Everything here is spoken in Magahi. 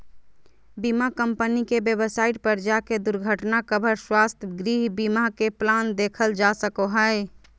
बीमा कम्पनी के वेबसाइट पर जाके दुर्घटना कवर, स्वास्थ्य, गृह बीमा के प्लान देखल जा सको हय